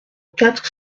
quatre